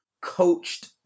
coached